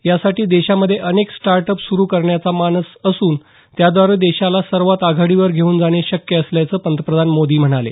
यासाठी देशामध्ये अनेक स्टार्ट अप सुरू करण्याचा मानस असून त्याद्वारे देशाला सर्वात आघाडीवर घेऊन जाणे शक्य असल्याचं पंतप्रधान मोदी म्हणाले